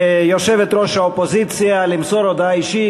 ליושבת-ראש האופוזיציה למסור הודעה אישית.